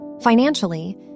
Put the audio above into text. Financially